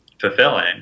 fulfilling